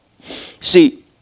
See